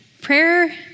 prayer